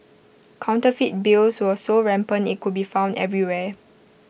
counterfeit bills were so rampant IT could be found everywhere